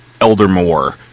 Eldermore